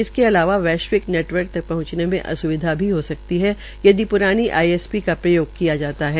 इसके अलावा वैश्विक नेटवर्क तक पहंचने में अस्विधा भी हो सकती है यदि प्रानी आईएसपी का प्रयोग करते है